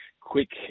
quick